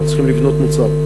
אנחנו צריכים לבנות מוצר.